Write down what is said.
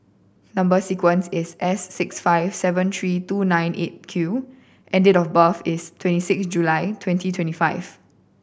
number sequence is S six five seven three two nine Eight Q and date of birth is twenty six July twenty twenty five